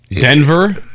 Denver